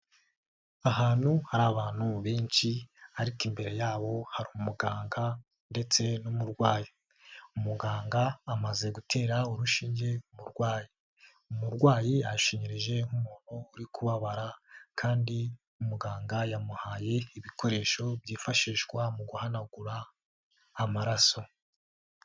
Ahantu hari abantu benshi ariko imbere yabo hari umuganga ndetse n'umurwayi, umuganga amaze gutera urushinge umurwayi. Umurwayi yashinyirije nk'umuntu uri kubabara kandi umuganga yamuhaye ibikoresho byifashishwa mu guhanagura amaraso.